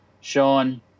Sean